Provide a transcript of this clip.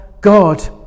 god